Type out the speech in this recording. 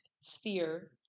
sphere